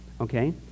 okay